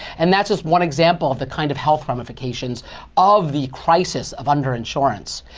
and that's just one example of the kind of health ramifications of the crisis of under insurance.